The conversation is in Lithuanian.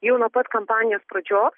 jau nuo pat kampanijos pradžios